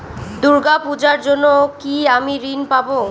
দূর্গা পূজার জন্য কি আমি ঋণ পাবো?